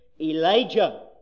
Elijah